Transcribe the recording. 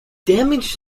damage